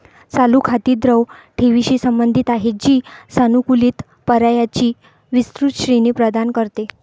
चालू खाती द्रव ठेवींशी संबंधित आहेत, जी सानुकूलित पर्यायांची विस्तृत श्रेणी प्रदान करते